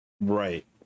Right